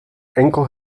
enkel